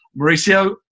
Mauricio